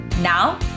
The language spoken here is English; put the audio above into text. Now